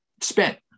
spent